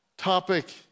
topic